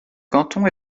canton